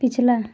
पिछला